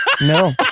no